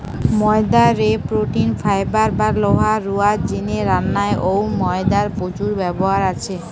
ময়দা রে protein, fibre বা লোহা রুয়ার জিনে রান্নায় অউ ময়দার প্রচুর ব্যবহার আছে